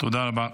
תודה רבה.